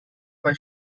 bei